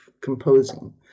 composing